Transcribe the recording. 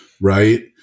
right